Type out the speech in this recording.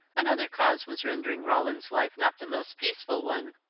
another cause was rendering roland's life not the most peaceful one.